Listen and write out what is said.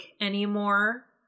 anymore